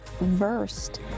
versed